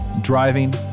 driving